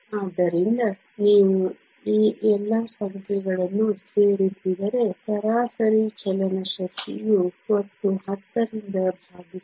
ಆದ್ದರಿಂದ ನೀವು ಈ ಎಲ್ಲಾ ಸಂಖ್ಯೆಗಳನ್ನು ಸೇರಿಸಿದರೆ ಸರಾಸರಿ ಚಲನ ಶಕ್ತಿಯು ಒಟ್ಟು 10 ರಿಂದ ಭಾಗಿಸಲಾಗಿದೆ